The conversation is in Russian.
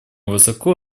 высоко